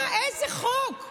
איזה חוק?